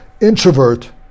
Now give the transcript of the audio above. introvert